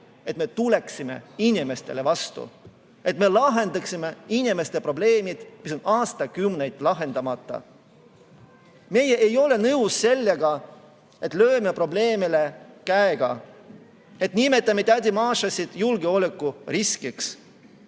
et me tuleksime inimestele vastu, et me lahendaksime inimeste probleeme, mis on aastakümneid lahendamata. Meie ei ole nõus sellega, et lööme probleemile käega ja nimetame tädi Mašasid julgeolekuriskiks.